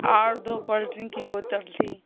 اور دو cold drink کی بوتل تھی